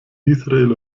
israel